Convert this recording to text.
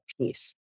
peace